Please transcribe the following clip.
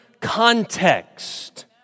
context